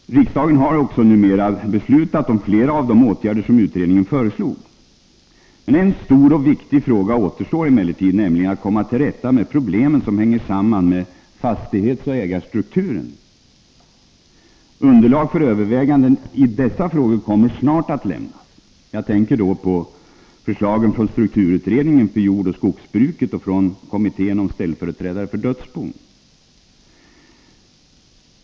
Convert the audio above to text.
Riksdagen har också numera beslutat om flera av de åtgärder som utredningen föreslog. En stor och viktig fråga återstår emellertid, nämligen att komma till rätta med de problem som hänger samman med fastighetsoch ägarstrukturen. Underlag för överväganden i dessa frågor kommer snart att lämnas i förslag från strukturutredningen för jordoch skogsbruket och från kommittén för ställföreträdare för dödsbon.